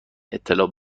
اطلاع